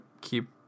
keep